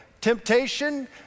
temptation